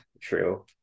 True